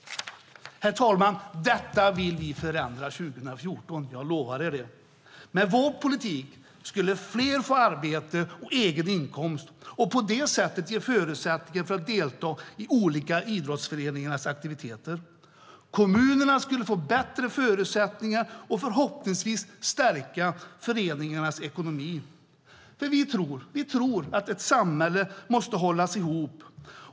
Det vill vi förändra 2014. Jag lovar er det. Med vår politik skulle fler få arbete och egen inkomst och på det sättet förutsättningar för att delta i olika idrottsföreningars aktiviteter. Kommunerna skulle få bättre förutsättningar, och man skulle förhoppningsvis kunna stärka föreningarnas ekonomi. Vi tror att ett samhälle måste hållas ihop.